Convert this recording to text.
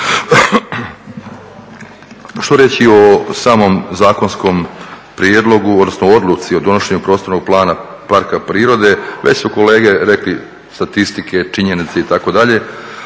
Što reći o samom zakonskom prijedlogu, odnosno odluci o donošenju Prostornog plana parka prirode. Već su kolege rekli statistike, činjenice itd.